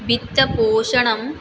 वित्तकोषाणं